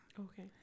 Okay